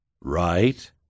right